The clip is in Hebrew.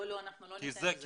לא, אנחנו לא ניתן שזה יקרה.